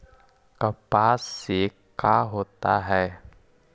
कपास से का होता है?